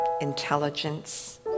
intelligence